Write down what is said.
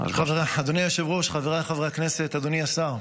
אדוני היושב-ראש, חבריי חברי הכנסת, אדוני השר,